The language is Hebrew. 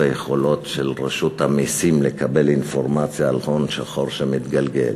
היכולות של רשות המסים לקבל אינפורמציה על הון שחור שמתגלגל,